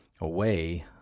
away